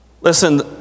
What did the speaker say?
Listen